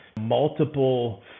multiple